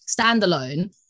Standalone